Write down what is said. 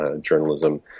journalism